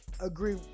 agree